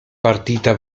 partita